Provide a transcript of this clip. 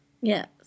Yes